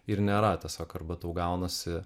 ir nėra tiesiog arba tau gaunasi